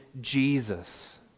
Jesus